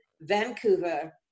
Vancouver